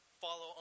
follow